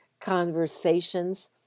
conversations